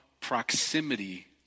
proximity